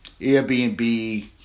Airbnb